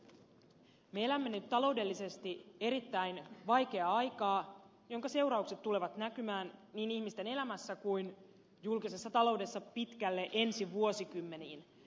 me elämme nyt taloudellisesti erittäin vaikeaa aikaa jonka seuraukset tulevat näkymään niin ihmisten elämässä kuin julkisessa taloudessa pitkälle ensi vuosikymmeniin